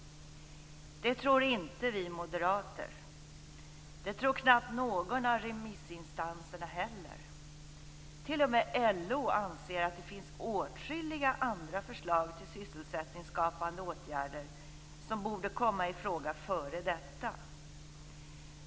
Det tror inte vi moderater. Det tror knappt någon av remissinstanserna heller. T.o.m. LO anser att det finns åtskilliga andra förslag till sysselsättningsskapande åtgärder som borde komma i fråga före detta.